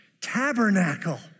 tabernacle